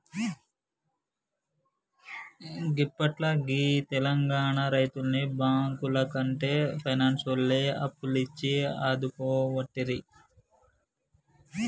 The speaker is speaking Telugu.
గిప్పట్ల గీ తెలంగాణ రైతుల్ని బాంకులకంటే పైనాన్సోల్లే అప్పులిచ్చి ఆదుకోవట్టిరి